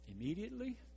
Immediately